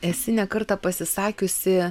esi ne kartą pasisakiusi